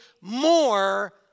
more